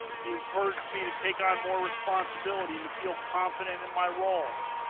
he encouraged me to take on more responsibility and to feel confident in my role.